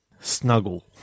Snuggle